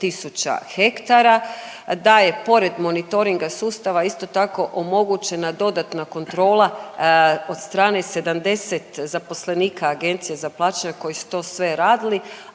000 hektara, da je pored monitoringa sustava, isto tako, omogućena dodatna kontrola od strane 70 zaposlenika Agencije za plaćanje koje su to sve radili,